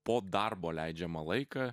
po darbo leidžiamą laiką